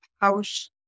house